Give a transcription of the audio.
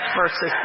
versus